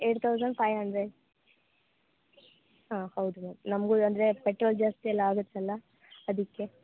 eight thousand five hundred ಹಾಂ ಹೌದು ma'am ನಮ್ಗು ಅಂದರೆ ಪೆಟ್ರೋಲ್ ಜಾಸ್ತಿ ಎಲ್ಲ ಆಗತ್ತಲ ಅದಕ್ಕೆ